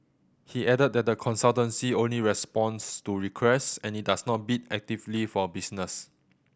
he added that the consultancy only responds to requests and it does not bid actively for business